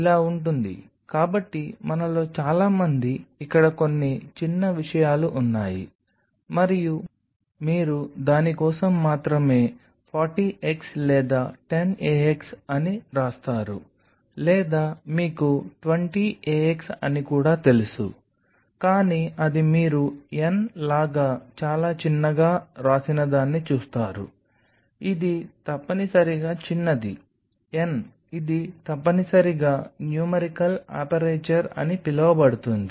ఇలా ఉంటుంది కాబట్టి మనలో చాలా మంది ఇక్కడ కొన్ని చిన్న విషయాలు ఉన్నాయి మరియు మీరు దాని కోసం మాత్రమే 40 x లేదా 10 a x అని వ్రాస్తారు లేదా మీకు 20 a x అని కూడా తెలుసు కానీ అది మీరు n లాగా చాలా చిన్నగా వ్రాసినదాన్ని చూస్తారు ఇది తప్పనిసరిగా చిన్నది n ఇది తప్పనిసరిగా న్యూమరికల్ అపేరేచర్ అని పిలువబడుతుంది